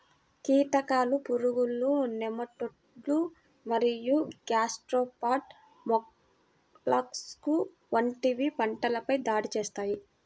కీటకాలు, పురుగులు, నెమటోడ్లు మరియు గ్యాస్ట్రోపాడ్ మొలస్క్లు వంటివి పంటలపై దాడి చేస్తాయి